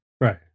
Right